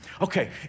Okay